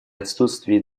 отсутствии